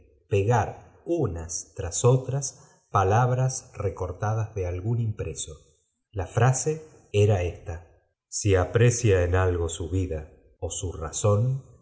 pegar unaa tras otras palabras recortadas de algún impreso la frase era ésta si aprecia en algo bu vida ó su razón